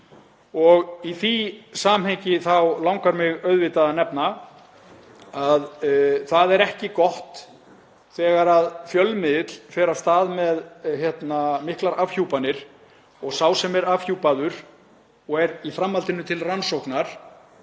Í því samhengi langar mig að nefna að það er ekki gott þegar fjölmiðill fer af stað með miklar afhjúpanir og sá sem er afhjúpaður og er í framhaldinu til rannsóknar